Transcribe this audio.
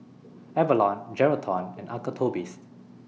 Avalon Geraldton and Uncle Toby's